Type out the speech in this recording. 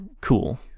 cool